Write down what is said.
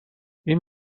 این